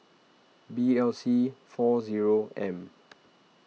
B L C four zero M